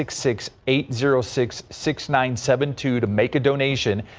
six, six, eight, zero, six, six, nine, seven, two, to make a donation.